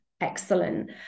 excellent